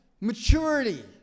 maturity